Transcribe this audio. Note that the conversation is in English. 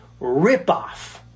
ripoff